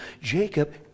Jacob